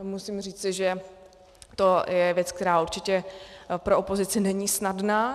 Musím říci, že to je věc, která určitě pro opozici není snadná.